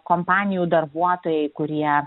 kompanijų darbuotojai kurie